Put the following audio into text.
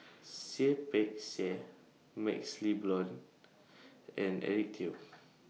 Seah Peck Seah MaxLe Blond and Eric Teo